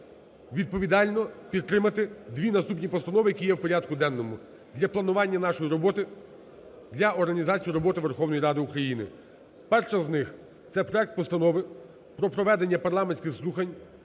відповідально підтримати дві наступні постанови, які є в порядку денному, для планування нашої роботи, для організації роботи Верховної Ради України. Перша з них – це проект Постанови про проведення парламентських слухань